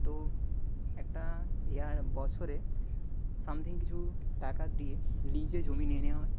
তো একটা ইয়ার বছরে সামথিং কিছু টাকা দিয়ে লিজে জমি নিয়ে নেওয়া হয়